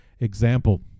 example